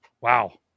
Wow